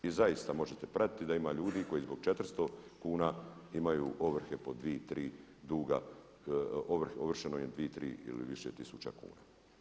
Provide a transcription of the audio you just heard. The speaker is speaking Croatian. I zaista možete pratiti da ima ljudi koji zbog 400 kuna imaju ovrhe po dvije, tri duga, ovršeno im je 2, 3 ili više tisuća kuna.